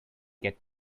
get